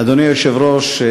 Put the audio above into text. אדוני היושב-ראש,